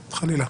חלילה.